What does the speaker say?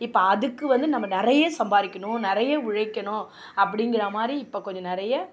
இப்போ அதுக்கு வந்து நம்ம நிறைய சம்பாதிக்கணும் நிறைய உழைக்கணும் அப்டிங்குற மாதிரி இப்போ கொஞ்சம் நிறைய